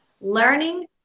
learning